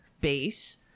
base